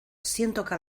zientoka